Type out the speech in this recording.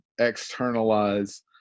externalize